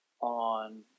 on